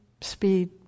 speed